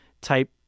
type